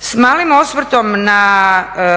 S malim osvrtom na